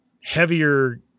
heavier